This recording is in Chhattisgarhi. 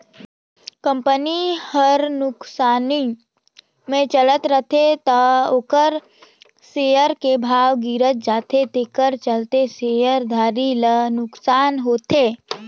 कंपनी हर नुकसानी मे चलत रथे त ओखर सेयर के भाव गिरत जाथे तेखर चलते शेयर धारी ल नुकसानी होथे